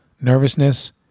nervousness